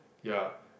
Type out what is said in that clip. ya